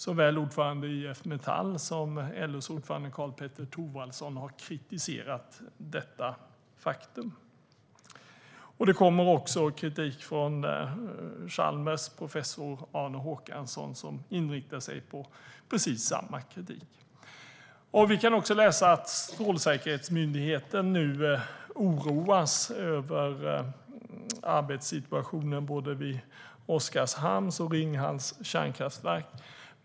Såväl ordföranden i IF Metall som LO:s ordförande Karl-Petter Thorwaldsson har kritiserat detta faktum. Det kommer också precis samma kritik från Chalmers professor Arne Håkansson. Vi kan också läsa att Strålsäkerhetsmyndigheten nu oroas över att arbetssituationen vid både Oskarshamns och Ringhals kärnkraftverk.